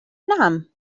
نعم